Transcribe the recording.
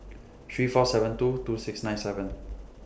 three four seven two two six nine seven